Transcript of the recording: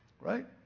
right